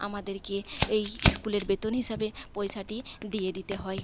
আমাদেরকে এই স্কুলের বেতন হিসাবে পয়সাটি দিয়ে দিতে হয়